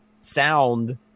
sound